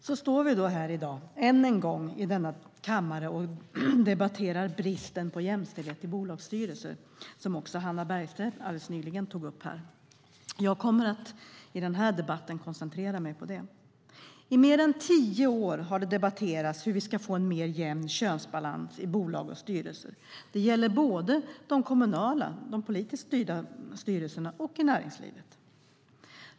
Herr talman! Nu står vi i dag än en gång i denna kammare och debatterar bristen på jämställdhet i bolagsstyrelser, som också Hannah Bergstedt nyss tog upp här. Jag kommer i denna debatt att koncentrera mig på detta. I mer än tio år har det debatterats hur vi ska få en mer jämn könsbalans i bolag och styrelser. Det gäller både de kommunala, de politiskt styrda, styrelserna och i näringslivet.